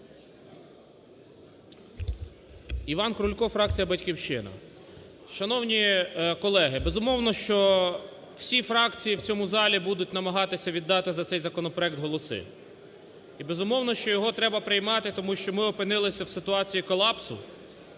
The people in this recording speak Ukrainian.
Іван Крулько, фракція "Батьківщина". Шановні колеги! Безумовно, що всі фракції в цьому залі будуть намагатися віддати за цей законопроект голоси. І безумовно, що його треба приймати. Тому що ми опинилися в ситуації колапсу,